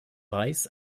weiß